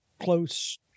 close